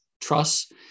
trust